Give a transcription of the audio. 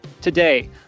Today